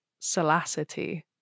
Salacity